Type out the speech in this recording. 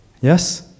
Yes